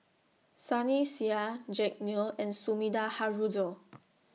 Sunny Sia Jack Neo and Sumida Haruzo